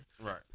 Right